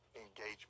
engagement